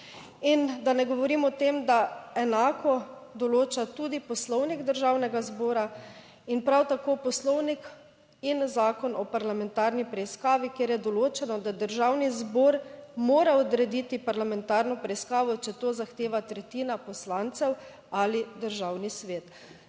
In da ne govorim o tem, da enako določa tudi Poslovnik Državnega zbora in prav tako Poslovnik in Zakon o parlamentarni preiskavi, kjer je določeno, da Državni zbor mora odrediti parlamentarno preiskavo, če to zahteva tretjina poslancev ali Državni svet.